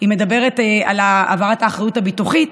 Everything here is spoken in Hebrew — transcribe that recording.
היא מדברת על העברת האחריות הביטוחית.